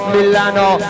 Milano